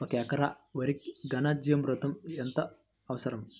ఒక ఎకరా వరికి ఘన జీవామృతం ఎంత అవసరం?